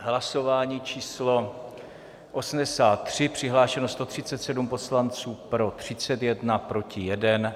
Hlasování číslo 83, přihlášeno 137 poslanců, pro 31, proti 1.